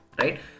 right